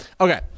Okay